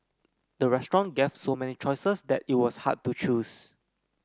the restaurant gave so many choices that it was hard to choose